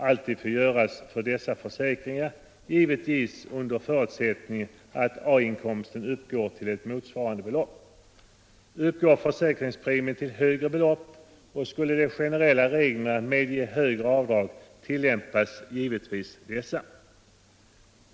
alltid få göras, givetvis under förutsättning att A-inkomsten uppgår till motsvarande belopp. Uppgår försäkringspremien till högre belopp och skulle de generella reglerna medge högre avdrag tillämpas givetvis dessa.